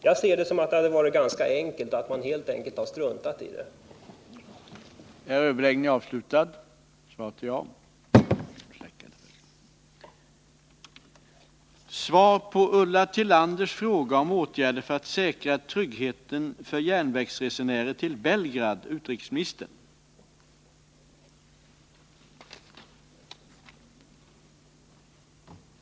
Jag ser en sådan aktion som ganska enkel. men man har faktiskt struntat i att göra något.